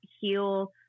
heal